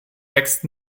wächst